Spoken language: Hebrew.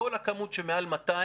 כל הכמות שמעל 200,